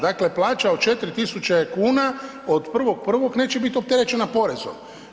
Dakle, plaća od 4000 kuna, od 1.1. neće biti opterećena porezom.